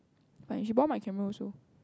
fine she borrowed my camera also